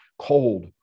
cold